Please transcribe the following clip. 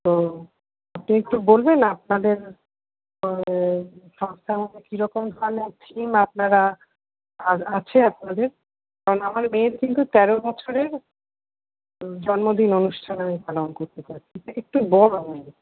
তো আপনি একটু বলবেন আপনাদের সংস্থা আমাদের কিরকম কালার থিম আপনারা আছে আপনাদের কারণ আমার মেয়ের কিন্তু তেরো বছরের জন্মদিন অনুষ্ঠান আমি পালন করতে যাচ্ছি একটু বড় করে